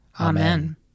Amen